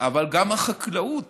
גם החקלאות